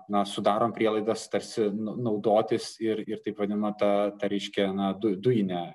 na sudarom prielaidas tarsi naudotis ir ir taip vadinama ta reiškia na du dujine